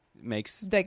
makes